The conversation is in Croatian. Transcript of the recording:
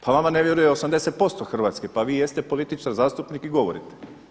Pa vama ne vjeruje 80% Hrvatske pa vi jeste političar, zastupnik i govorite.